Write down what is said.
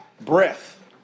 breath